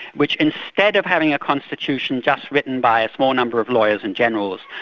which instead of having a constitution just written by a small number of lawyers and generals,